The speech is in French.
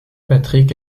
patrick